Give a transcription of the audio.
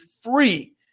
free